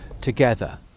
together